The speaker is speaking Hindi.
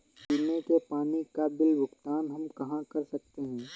पीने के पानी का बिल का भुगतान हम कहाँ कर सकते हैं?